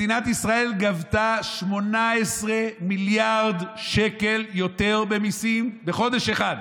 מדינת ישראל גבתה 18 מיליארד שקל יותר במיסים בחודש אחד,